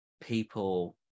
people